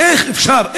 איך אפשר?